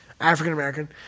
African-American